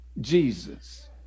Jesus